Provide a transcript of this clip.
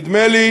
נדמה לי